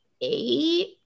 eight